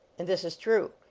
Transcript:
and this is true.